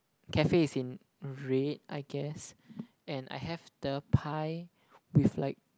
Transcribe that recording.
cafe is in red I guess and I have the pie with like